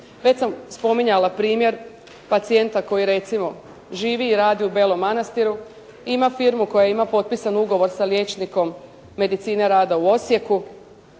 Već sam spominjala primjer pacijenta koji recimo živi i radi u Belom Manastiru, ima firmu koja ima potpisan ugovor sa liječnikom medicine rada u Osijeku,